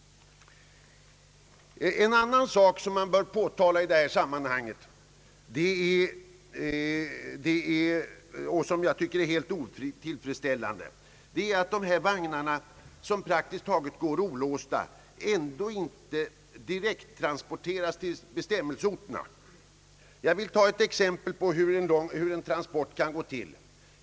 En annan sak som bör påtalas i detta sammanhang och som jag tycker är helt otillfredsställande är att de godsvagnar som det här gäller och som praktiskt taget går olåsta ändå inte direkttrans porteras till bestämmelseorterna. Jag vill nämna ett exempel på hur en transport kan gå till.